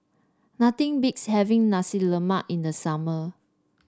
nothing beats having Nasi Lemak in the summer